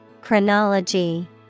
Chronology